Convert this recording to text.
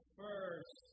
first